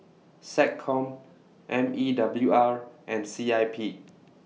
Seccom M E W R and C I P